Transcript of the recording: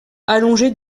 allongés